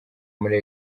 muri